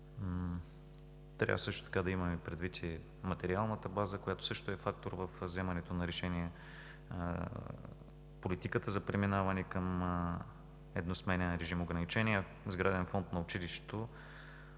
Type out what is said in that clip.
Трябва да имаме предвид и материалната база, която също е фактор във вземането на решения, политиката за преминаване към едносменен режим. В ограничения сграден фонд на училището,